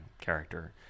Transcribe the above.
character